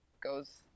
goes